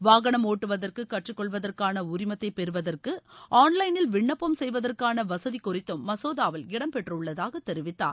வாகனம் ஒட்டுவதற்கு கற்றுக்கொள்வதற்கான உரிமத்தை பெறுவதற்கு ஆன் லைனில் விண்ணப்பம் செய்வதற்கான வசதி குறித்தும் மசோதாவில் இடம் பெற்றுள்ளதாக தெரிவித்தார்